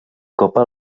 copa